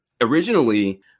originally